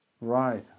Right